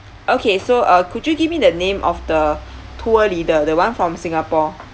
okay so uh could you give me the name of the tour leader the one from singapore